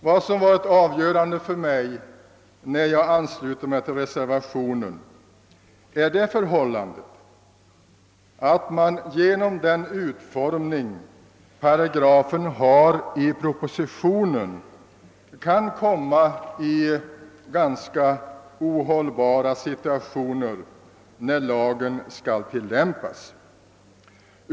Vad som varit avgörande för mig när jag anslutit mig till reservationen är det förhållandet, att man genom den utformning paragrafen har i propositionen kan komma i ganska ohållbara situationer när lagen skall tillämpas.